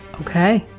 Okay